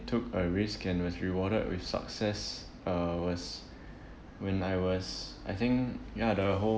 took a risk and was rewarded with success uh was when I was I think ya the whole